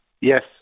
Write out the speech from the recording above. Yes